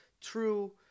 true